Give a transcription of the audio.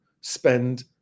spend